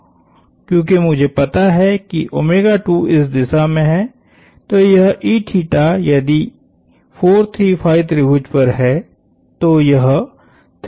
क्योंकि मुझे पता है किइस दिशा में है तो यहयदि 4 3 5 त्रिभुज पर है तो यह 3 4 5 त्रिभुज पर होगा